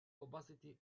opacity